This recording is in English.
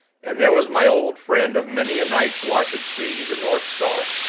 and there was my old friend of many a night's watch at sea, the north star.